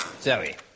Zoe